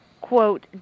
quote